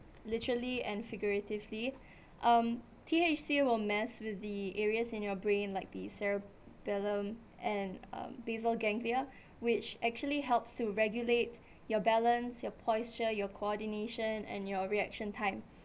literally and figuratively um T_H_C will mess with the areas in your brain like the cerebellum and um basal ganglia which actually helps to regulate your balance your posture your coordination and your reaction time